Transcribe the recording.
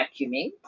vacuuming